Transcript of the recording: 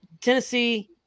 tennessee